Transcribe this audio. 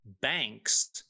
banks